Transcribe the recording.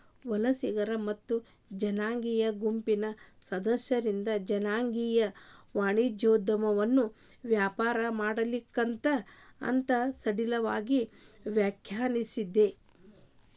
ವಲಸಿಗರ ಮತ್ತ ಜನಾಂಗೇಯ ಗುಂಪಿನ್ ಸದಸ್ಯರಿಂದ್ ಜನಾಂಗೇಯ ವಾಣಿಜ್ಯೋದ್ಯಮವನ್ನ ವ್ಯಾಪಾರ ಮಾಲೇಕತ್ವ ಅಂತ್ ಸಡಿಲವಾಗಿ ವ್ಯಾಖ್ಯಾನಿಸೇದ್